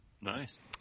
Nice